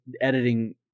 editing